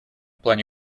плане